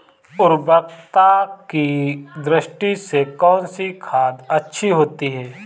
उर्वरकता की दृष्टि से कौनसी खाद अच्छी होती है?